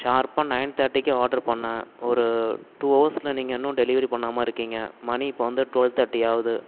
ஷார்ப்பாக நைன் தேட்டிக்கு ஆட்ரு பண்ண ஒரு டூ அவர்ஸ்சில் நீங்கள் இன்னும் டெலிவரி பண்ணாமல் இருக்கீங்க மணி இப்போ வந்து டுவல் தேட்டி ஆகுது